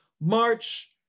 march